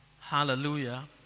Hallelujah